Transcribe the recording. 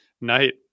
night